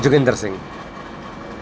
Joginder Singh